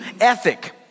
ethic